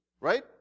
Right